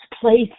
place